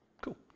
Cool